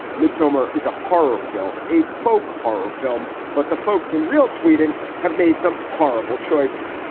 midsummer is a horror film, a folk horror film. but the folks in real sweden have made some horrible choices.